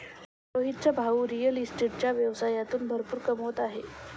रोहितचा भाऊ रिअल इस्टेटच्या व्यवसायातून भरपूर कमवत आहे